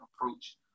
approach